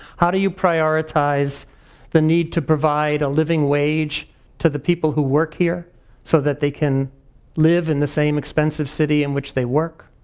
how do you prioritize the need to provide a living wage to the people who work here so that they can live in the same expensive city in which they work.